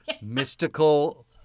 mystical